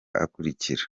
akurikira